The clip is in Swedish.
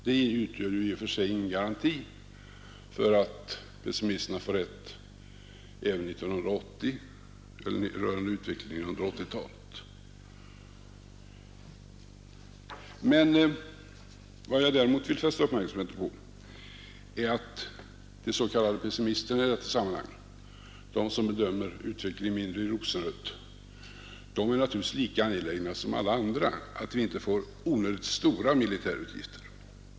Det utgör ju i och för sig ingen garanti för att pessimisterna får rätt även 1980 eller rörande utvecklingen under 1980-talet. Men vad jag däremot vill fästa uppmärksamheten på är att de s.k. pessimisterna i detta sammanhang, de som bedömer utvecklingen mindre i rosenrött, naturligtvis är lika angelägna som alla andra att vi inte får onödigt stora militärutgifter.